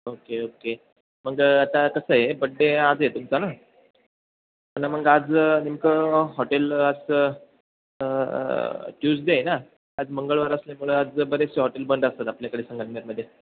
okay okay मग आता कसं आहे बड्डे आज आहे तुमचा ना आणि मग आज नेमकं हॉटेल आज ट्यूजडे आहे ना आज मंगळवार असल्यामुळं आज बरेचसे हॉटेल बंद असतात आपल्याकडे संगमनेरमध्ये